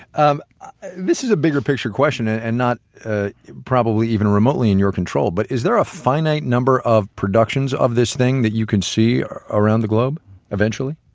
um this is a bigger-picture question, and and not ah probably even remotely in your control, but is there a finite number of productions of this thing that you can see around the globe eventually?